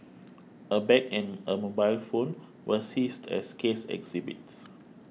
a bag and a mobile phone were seized as case exhibits